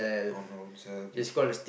on ownself it